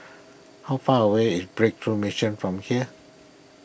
how far away is Breakthrough Mission from here